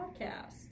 Podcast